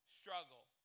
struggle